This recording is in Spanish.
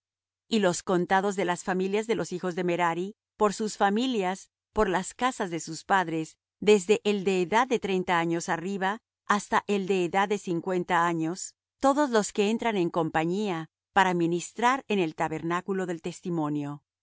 y los contados de las familias de los hijos de merari por sus familias por las casas de sus padres desde el de edad de treinta años arriba hasta el de edad de cincuenta años todos los que entran en compañía para ministrar en el tabernáculo del testimonio